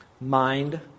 mind